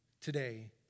today